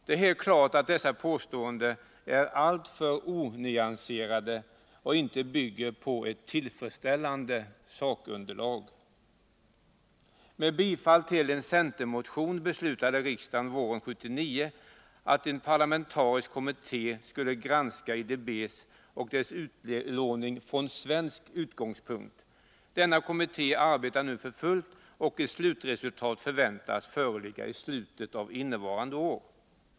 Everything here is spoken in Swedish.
Det är helt klart att dessa påståenden är alltför onyanserade och inte bygger på ett tillfredsställande sakunderlag. Med bifall till en centermotion beslutade riksdagen våren 1979 att en parlamentarisk kommitté skulle granska IDB och dess utlåning från svensk utgångspunkt. Denna kommitté arbetar nu för fullt, och ett slutresultat väntas föreligga i slutet av innevarande år.